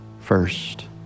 first